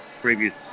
previous